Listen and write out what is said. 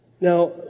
Now